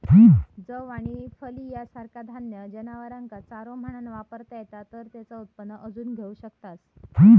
जौ आणि फलिया सारखा धान्य जनावरांका चारो म्हणान वापरता येता तर तेचा उत्पन्न अजून घेऊ शकतास